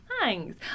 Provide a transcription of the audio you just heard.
thanks